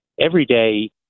everyday